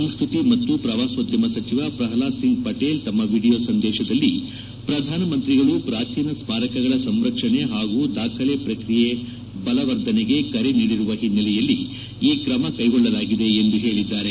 ಸಂಸ್ನತಿ ಮತ್ತು ಪ್ರವಾಸೋದ್ಯಮ ಸಚಿವ ಪ್ರಹ್ಲಾದ್ ಸಿಂಗ್ ಪಟೇಲ್ ತಮ್ಮ ವಿಡಿಯೋ ಸಂದೇಶದಲ್ಲಿ ಪ್ರಧಾನಮಂತ್ರಿಗಳು ಪ್ರಾಚೀನ ಸ್ನಾರಕಗಳ ಸಂರಕ್ಷಣೆ ಹಾಗೂ ದಾಖಲೆ ಪ್ರಕ್ರಿಯೆ ಬಲವರ್ಧನೆಗೆ ಕರೆ ನೀಡಿರುವ ಹಿನ್ನೆಲೆಯಲ್ಲಿ ಈ ಕ್ರಮವನ್ನು ಕೈಗೊಳ್ಳಲಾಗಿದೆ ಎಂದು ಹೇಳಿದ್ದಾರೆ